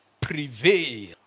prevail